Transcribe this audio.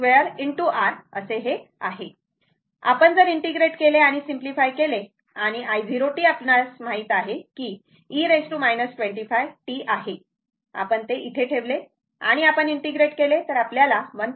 आपण जर इंटिग्रेट केले आणि सिम्पलीफाय केले आणि i0t आपल्यास माहित आहे की e 25t आहे आपण ते इथे ठेवले आणि आपण इंटिग्रेट केले तरआपल्याला 1